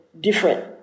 different